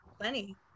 plenty